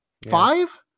Five